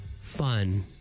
Fun